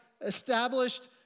established